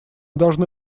должны